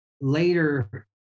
later